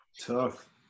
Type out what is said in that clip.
Tough